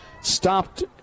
stopped